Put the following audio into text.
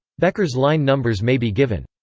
bekker's line numbers may be given.